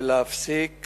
ולהפסיק